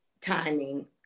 timing